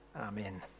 Amen